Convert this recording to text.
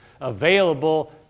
available